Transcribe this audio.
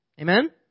Amen